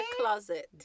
closet